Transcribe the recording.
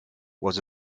was